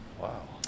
wow